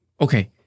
Okay